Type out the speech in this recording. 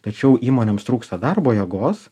tačiau įmonėms trūksta darbo jėgos